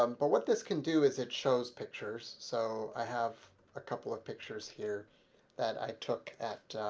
um but what this can do is it shows pictures, so i have a couple of pictures here that i took at